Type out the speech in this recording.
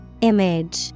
Image